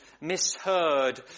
misheard